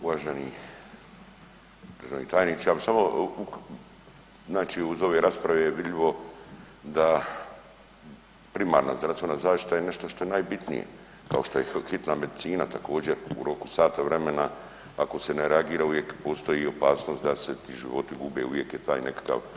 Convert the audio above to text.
Uvaženi državni tajniče, ja bi samo znači iz ove rasprave je vidljivo da primarna zdravstvena zaštita je nešto što je najbitnije, kao što je hitna medicina također u roku sat vremena ako se ne reagira uvijek postoji opasnost da se … [[Govornik se ne razumije]] uvijek je taj nekakav.